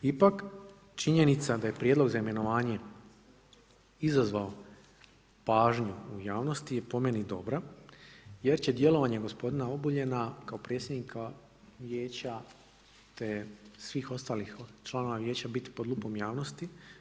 Ipak, činjenica da je prijedlog za imenovanje izazvao pažnju u javnosti je po meni dobra jer će djelovanje gospodina Obuljena kao predsjednika Vijeća, te svih ostalih članova Vijeća biti pod lupom javnosti.